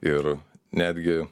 ir netgi